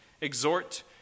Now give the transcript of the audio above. exhort